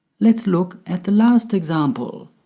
let's look at the last example.